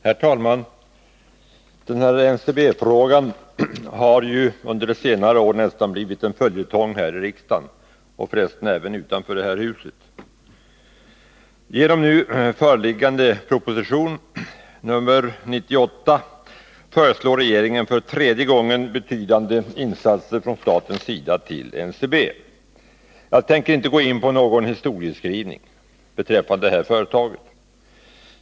Herr talman! NCB-frågan har under senare år nästan blivit en följetong här i riksdagen — för resten även utanför riksdagshuset. I nu förliggande proposition, nr 98, föreslår regeringen för tredje gången betydande insatser från statens sida till NCB. Jag tänker inte gå in på någon historieskrivning beträffande företaget.